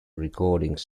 recordings